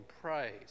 praise